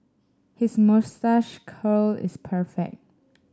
his moustache curl is perfect